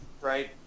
right